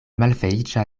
malfeliĉa